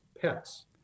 pets